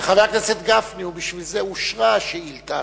ובשביל זה אושרה השאילתא.